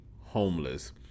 homeless